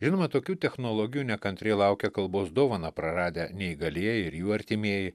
žinoma tokių technologijų nekantriai laukia kalbos dovaną praradę neįgalieji ir jų artimieji